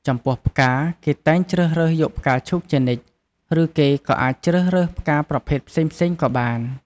ចំពោះផ្កាគេតែងជ្រើសរើសយកផ្កាឈូកជានិច្ច ឬគេក៏អាចជ្រើសរើសផ្កាប្រភេទផ្សេងៗក៏បាន។